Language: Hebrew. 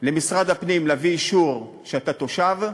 למשרד הפנים, להביא אישור שאתה תושב,